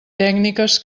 tècniques